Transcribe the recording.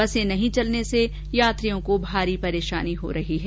बसें नहीं चलने से यात्रियों को भारी परेशानी हो रही है